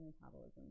metabolism